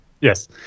Yes